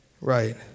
Right